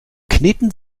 kneten